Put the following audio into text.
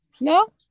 No